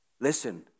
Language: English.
Listen